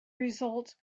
result